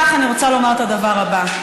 אם כך, אני רוצה לומר את הדבר הבא: